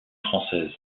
française